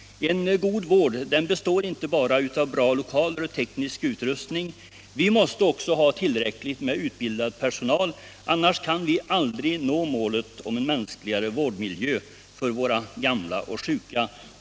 En god vård består inte bara av bra lokaler och teknisk utrustning. Vi måste också ha tillräckligt med utbildad personal, annars kan vi aldrig nå målet en mänskligare vårdmiljö för gamla och sjuka.